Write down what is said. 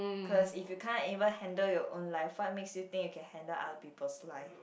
cause if you can't even handle your own life what makes you think you can handle other people's life